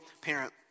parent